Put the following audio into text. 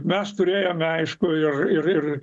mes turėjome aišku ir ir